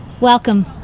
Welcome